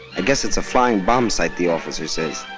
i guess it's a flying bomb site the officer says.